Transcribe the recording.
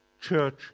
church